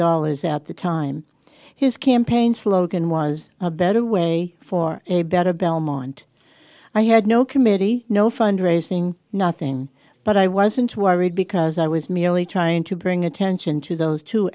dollars at the time his campaign slogan was a better way for a better belmont i had no committee no fundraising nothing but i wasn't worried because i was merely trying to bring attention to those two